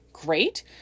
great